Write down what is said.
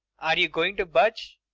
are you going to budge?